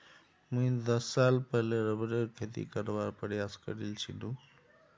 मुई दस साल पहले रबरेर खेती करवार प्रयास करील छिनु